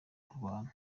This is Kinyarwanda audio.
kurwana